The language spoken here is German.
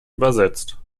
übersetzt